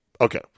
Okay